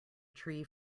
tree